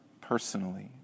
personally